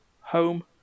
home